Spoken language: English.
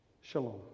Shalom